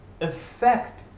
effect